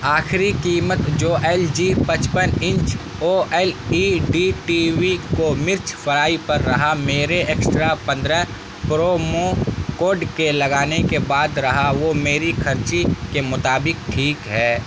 آخری قیمت جو ایل جی پچپن inch O L E D T V کو مرچ فرائی پر رہا میرے ایکسٹرا پندرہ پرومو کوڈ کے لگانے کے بعد رہا وہ میری خرچی کے مطابق ٹھیک ہے